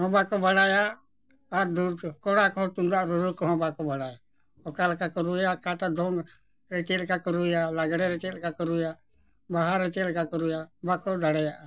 ᱦᱚᱸ ᱵᱟᱠᱚ ᱵᱟᱲᱟᱭᱟ ᱟᱨ ᱠᱚᱲᱟ ᱠᱚᱦᱚᱸ ᱛᱩᱢᱫᱟᱜ ᱨᱩᱨᱩ ᱠᱚᱦᱚᱸ ᱵᱟᱠᱚ ᱵᱟᱲᱟᱭᱟ ᱚᱠᱟ ᱞᱮᱠᱟ ᱠᱚ ᱨᱩᱭᱟ ᱚᱠᱟᱴᱟᱜ ᱫᱷᱚᱝ ᱨᱮ ᱪᱮᱫ ᱞᱮᱠᱟ ᱠᱚ ᱨᱩᱭᱟ ᱞᱟᱜᱽᱲᱮ ᱨᱮ ᱪᱮᱫ ᱞᱮᱠᱟ ᱠᱚ ᱨᱩᱭᱟ ᱵᱟᱦᱟ ᱨᱮ ᱪᱮᱫ ᱞᱮᱠᱟ ᱠᱚ ᱨᱩᱭᱟ ᱵᱟᱠᱚ ᱫᱟᱲᱮᱭᱟᱜᱼᱟ